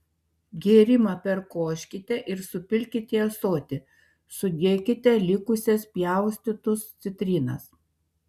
gėrimą perkoškite ir supilkite į ąsotį sudėkite likusias pjaustytus citrinas